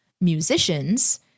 musicians